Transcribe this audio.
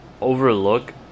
overlook